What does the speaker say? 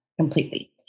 completely